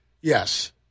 Yes